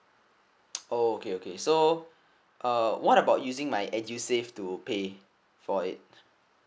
oh okay okay so uh what about using my edusave to pay for it